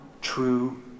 true